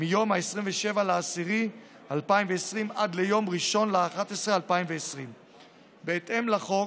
מיום 27 באוקטובר 2020 עד ליום 1 בנובמבר 2020. בהתאם לחוק,